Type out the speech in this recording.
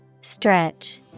Stretch